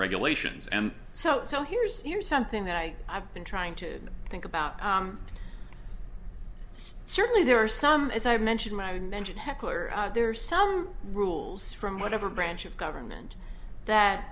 regulations and so so here's here's something that i have been trying to think about certainly there are some as i mentioned madden mentioned heckler there are some rules from whatever branch of government that